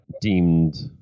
deemed